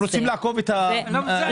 הם רוצים לעקוף את ההליך הזה.